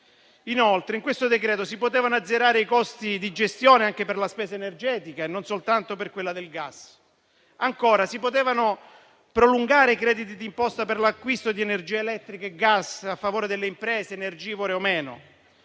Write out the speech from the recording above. Inoltre, in questo decreto-legge si potevano azzerare i costi di gestione, anche per la spesa energetica e non soltanto per quella del gas. Ancora, si potevano prolungare i crediti di imposta per l'acquisto di energia elettrica e gas, a favore delle imprese energivore o meno.